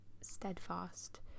steadfast